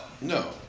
no